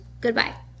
Goodbye